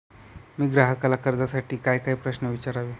मी ग्राहकाला कर्जासाठी कायकाय प्रश्न विचारावे?